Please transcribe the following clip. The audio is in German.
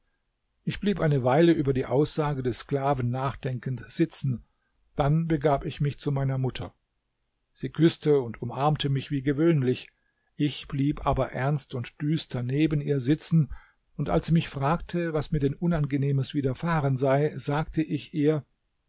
ich blieb eine weile über die aussage des sklaven nachdenkend sitzen dann begab ich mich zu meiner mutter sie küßte und umarmte mich wie gewöhnlich ich blieb aber ernst und düster neben ihr sitzen und als sie mich fragte was mir denn unangenehmes widerfahren sei sagte ich ihr